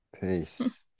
Peace